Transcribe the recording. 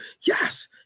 yes